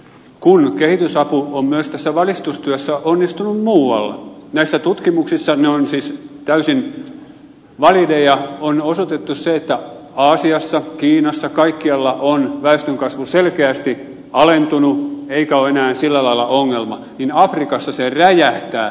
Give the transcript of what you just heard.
kun kehitysapu on myös tässä valistustyössä onnistunut muualla näissä tutkimuksissanne jotka ovat siis täysin valideja on osoitettu se että aasiassa kiinassa kaikkialla on väestönkasvu selkeästi alentunut eikä ole enää sillä lailla ongelma niin afrikassa se räjähtää